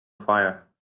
fire